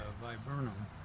viburnum